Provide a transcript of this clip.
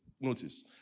Notice